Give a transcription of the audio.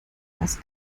was